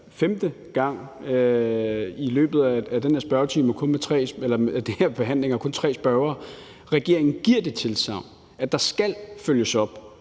femte gang i løbet af den her behandling og med kun tre spørgere: Regeringen giver det tilsagn, at der skal følges op